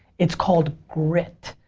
it's called grit.